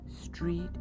Street